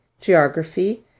geography